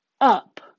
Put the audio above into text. up